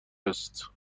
است